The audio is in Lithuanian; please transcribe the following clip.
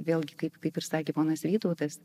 vėlgi kaip kaip ir sakė ponas vytautas